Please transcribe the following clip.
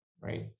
right